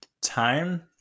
time